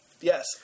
Yes